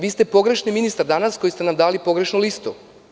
Vi ste pogrešni ministar danas koji ste nam dali pogrešnu listu.